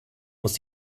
muss